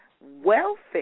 welfare